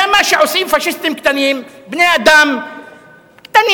זה מה שעושים פאשיסטים קטנים, בני-אדם קטנים,